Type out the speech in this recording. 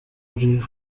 uri